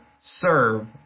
serve